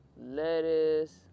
lettuce